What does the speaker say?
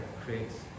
creates